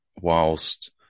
whilst